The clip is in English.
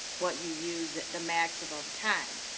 what you use that the max of, of time.